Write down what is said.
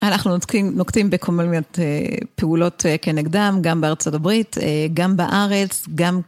אנחנו נוקטים בכל מיני פעולות כנגדם, גם בארצות הברית, גם בארץ, גם...